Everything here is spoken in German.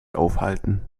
aufhalten